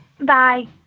Bye